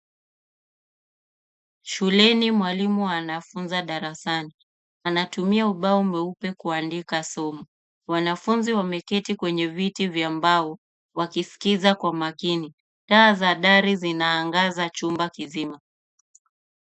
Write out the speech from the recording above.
Shuleni mwalimu anafunza darasani. Anatumia ubao mweupe kuandika somo. Wanafunzi wameketi kwenye viti vya mbao wakiskiza kwa makini. Taa za dari zinaangaza chumba kizima.